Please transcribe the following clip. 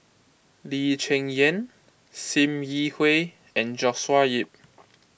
Lee Cheng Yan Sim Yi Hui and Joshua Ip